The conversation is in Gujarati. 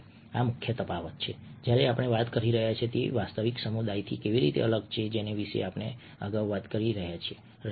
આ મુખ્ય તફાવત છે જ્યારે આપણે વાત કરી રહ્યા છીએ કે તે વાસ્તવિક સમુદાયથી કેવી રીતે અલગ છે જેના વિશે આપણે અગાઉ વાત કરી રહ્યા હતા